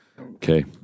okay